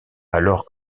alors